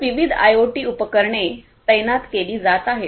तर विविध आयओटी उपकरणे तैनात केली जात आहेत